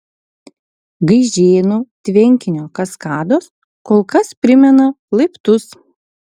gaižėnų tvenkinio kaskados kol kas primena laiptus